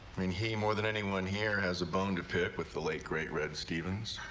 mean, he more than anyone here. has a bone to pick with the late, great red stevens.